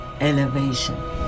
elevation